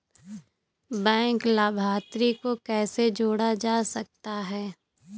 Bank लाभार्थी को कैसे जोड़ा जा सकता है?